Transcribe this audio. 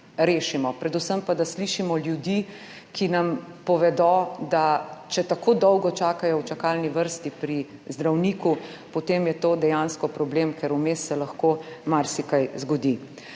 predvsem pa, da slišimo ljudi, ki nam povedo, da če tako dolgo čakajo v čakalni vrsti pri zdravniku, potem je to dejansko problem, ker se vmes lahko marsikaj zgodi.